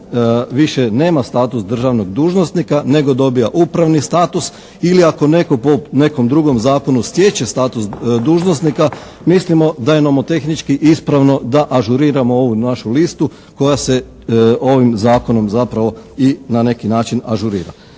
više nema status državnog dužnosnika nego dobija upravni status ili ako netko po nekom drugom zakonu stječe status dužnosnika mislimo da je nomotehnički ispravno da ažuriramo ovu našu listu koja se ovim zakonom zapravo i na neki način ažurira.